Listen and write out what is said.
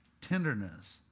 tenderness